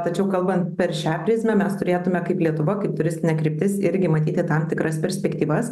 tačiau kalbant per šią prizmę mes turėtume kaip lietuva kaip turistinė kryptis irgi matyti tam tikras perspektyvas